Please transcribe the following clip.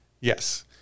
Yes